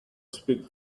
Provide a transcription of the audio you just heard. speak